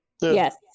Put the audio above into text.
Yes